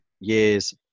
years